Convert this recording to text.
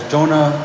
Jonah